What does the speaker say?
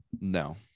No